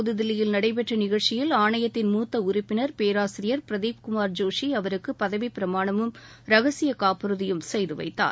புதுதில்லியில் நடைபெற்ற நிகழ்ச்சியில் ஆணையத்தின் மூத்த உறுப்பினர் பேராசிரியர் பிரதிப் குமார் ஜோஷி அவருக்கு பதவி பிரமாணமும் ரகசிய காப்புறுதியும் செய்து வைத்தார்